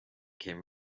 came